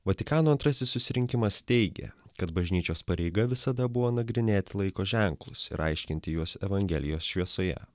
vatikano antrasis susirinkimas teigia kad bažnyčios pareiga visada buvo nagrinėti laiko ženklus ir aiškinti juos evangelijos šviesoje